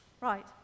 Right